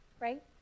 right